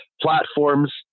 Platforms